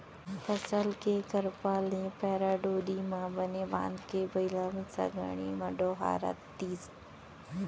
फसल के करपा ल पैरा डोरी म बने बांधके बइला भइसा गाड़ी म डोहारतिस